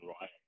right